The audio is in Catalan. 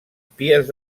pies